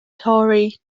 torri